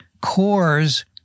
cores